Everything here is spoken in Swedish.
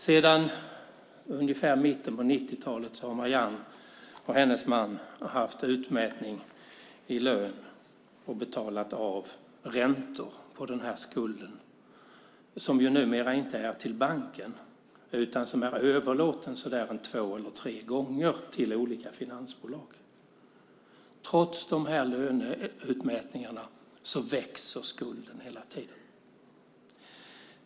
Sedan ungefär mitten av 90-talet har Marianne och hennes man haft utmätning i lön och betalat av räntor på den här skulden - som numera inte är till banken utan har överlåtits så där två tre gånger till olika finansbolag. Trots löneutmätningarna växer skulden hela tiden.